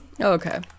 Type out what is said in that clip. Okay